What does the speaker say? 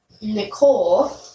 Nicole